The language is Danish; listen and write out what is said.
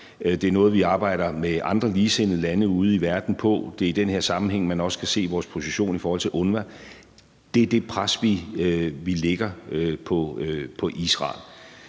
Det er noget, vi arbejder med andre ligesindede lande ude i verden på, og det er i den her sammenhæng, man også kan se vores position i forhold til UNRWA. Det er det pres, vi lægger på Israel.